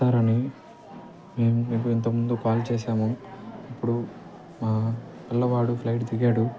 ఇస్తారని మేము మీకు ఇంతకుముందు కాల్ చేసాము ఇప్పుడు మా పిల్లవాడు ప్లయిట్ దిగాడు